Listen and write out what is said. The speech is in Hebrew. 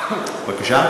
כבר בזמן הפגרה?